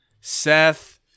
Seth